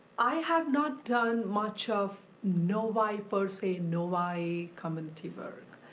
i have not done much of novi, per se, novi community work.